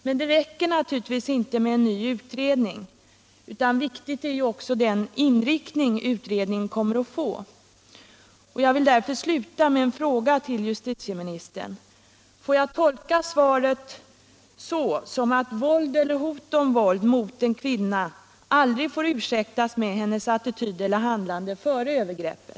Men det räcker naturligtvis kommer att få. Jag vill därför sluta med en fråga till justitieministern: Onsdagen den Får jag tolka svaret så, att våld och hot om våld mot en kvinna aldrig 15 december 1976 får ursäktas med hennes attityd eller handlande före övergreppet?